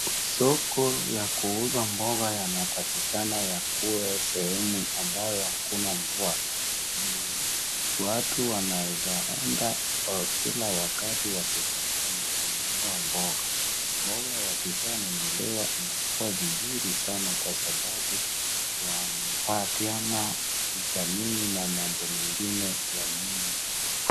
Soko ya kuuza mboga inatakikana ikuwe sehemu ambayo hakuna mvua, watu wanaeza enda kila wakati wakitaka na kununua mboga, mboga ikishanunuliwa inakuwa vizuri sana kwa sababu inapatiana vitamini na mambo mengine ya mwili.